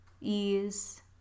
ease